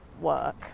work